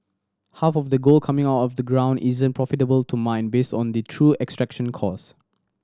half of the gold coming out of the ground isn't profitable to mine based on the true extraction cost